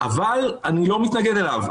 אבל אני לא מתנגד אליו.